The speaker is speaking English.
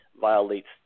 violates